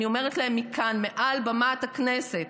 אני אומרת להם מכאן, מעל במת הכנסת,